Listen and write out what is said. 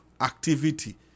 activity